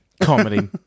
Comedy